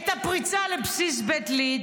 את הפריצה לבסיס בית ליד,